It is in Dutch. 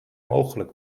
mogelijk